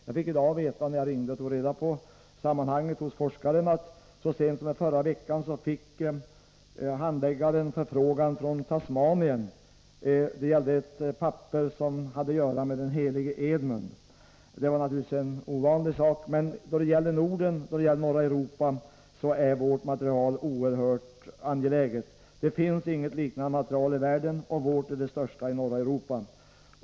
När jag i dag ringde handläggaren fick jag veta att det så sent som i förra veckan kommit en förfrågan från Tasmanien om ett papper som hade att göra med den helige Edmund, och det var naturligtvis en ovanlig förfrågan. Vårt material är givetvis angeläget för Europa och Norden. Det finns inget liknande material i världen, och vårt är det största i norra Europa.